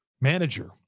manager